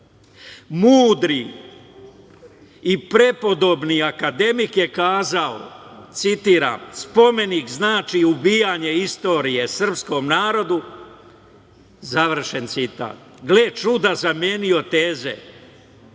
Mudri i prepodobni akademik je kazao, citiram: „Spomenik znači ubijanje istorije srpskom narodu“. Završen citat. Gle čuda, zamenio teze. Je